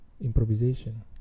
improvisation